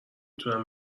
تونم